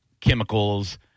chemicals